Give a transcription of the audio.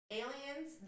aliens